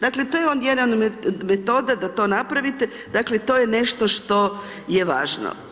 Dakle, to je jedna metoda da to napravite, dakle to je nešto što je važno.